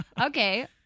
Okay